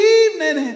evening